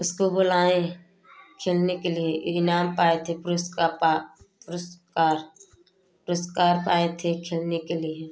उसको बुलाए खेलने के लिए इनाम पाए थे पुरुस्कापा पुरस्कार पुरस्कार पाए थे खेलने के लिए